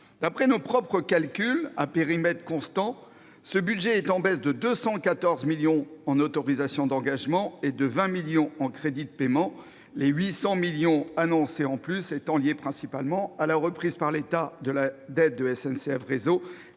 D'après nos propres calculs, à périmètre constant, ce budget est en baisse de 214 millions d'euros en autorisations d'engagement et de 20 millions d'euros en crédits de paiement. Les 800 millions d'euros supplémentaires annoncés sont liés principalement à la reprise par l'État de la dette de SNCF Réseau